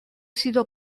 sido